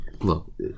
Look